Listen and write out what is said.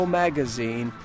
magazine